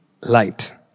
light